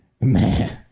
man